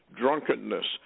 drunkenness